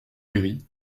gris